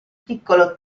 piccolo